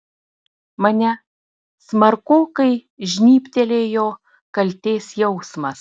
mane smarkokai žnybtelėjo kaltės jausmas